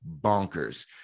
bonkers